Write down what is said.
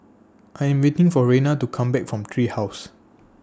I Am waiting For Raina to Come Back from Tree House